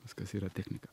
viskas yra technika